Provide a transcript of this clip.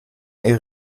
est